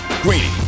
Greeny